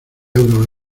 euros